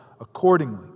accordingly